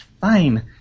fine